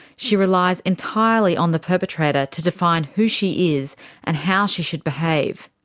she relies entirely on the perpetrator to define who she is and how she should behave.